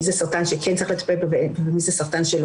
מי זה סרטן שכן צריך לטפל בו ומי זה סרטן שלא